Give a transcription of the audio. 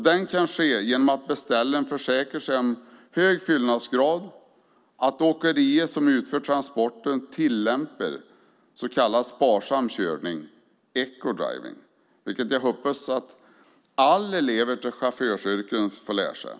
Detta kan ske genom att beställaren försäkrar sig om hög fyllnadsgrad och att åkeriet som utför transporten tillämpar så kallad sparsam körning - ecodriving - vilket jag hoppas att alla elever till chaufförsyrken får lära sig.